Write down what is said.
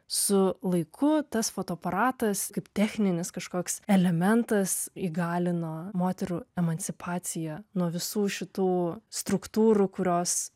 su laiku tas fotoaparatas kaip techninis kažkoks elementas įgalino moterų emancipaciją nuo visų šitų struktūrų kurios